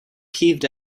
peeved